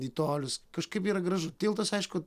į tolius kažkaip yra gražu tiltas aišku